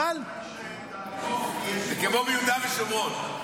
כמו ביהודה ושומרון.